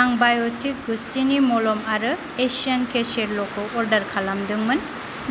आं बायटिक गुस्थिनि मलम आरो एशियान केसेरल' खौ अर्डार खालामदोंमोन